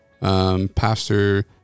Pastor